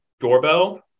doorbell